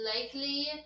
likely